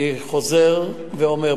אני חוזר ואומר,